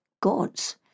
God's